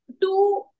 Two